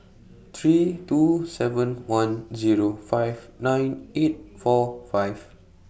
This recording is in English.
three two seven one Zero five nine eight four five